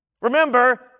Remember